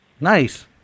Nice